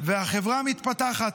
והחברה מתפתחת.